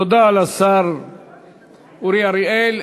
תודה לשר אורי אריאל.